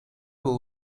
beau